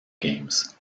games